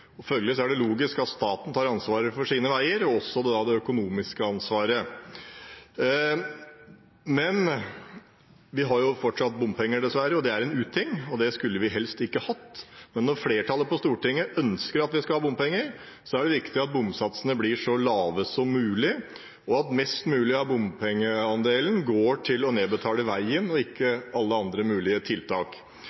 er en uting, og det skulle vi helst ikke hatt. Men når flertallet på Stortinget ønsker at vi skal ha bompenger, er det viktig at bomsatsene blir så lave som mulig, og at mest mulig av bompengeandelen går til å nedbetale veien og ikke alle andre mulige tiltak.